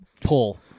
pull